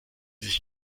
sich